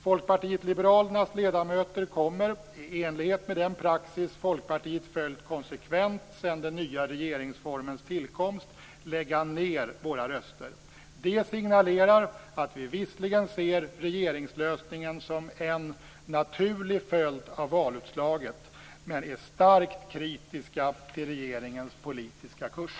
Folkpartiet liberalernas ledamöter kommer, i enlighet med den praxis Folkpartiet följt konsekvent sedan den nya regeringsformens tillkomst, att lägga ned sina röster. Det signalerar att vi visserligen ser regeringslösningen som en naturlig följd av valutslaget, men är starkt kritiska till regeringens politiska kurs.